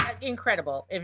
incredible